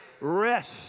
Rest